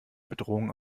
bedrohung